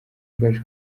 bwaje